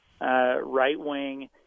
right-wing